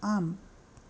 आम्